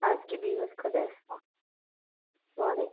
اَدٕ کیٛاہ بِہِو حظ خۄدایس حوالہٕ